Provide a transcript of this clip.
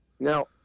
Now